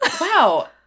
Wow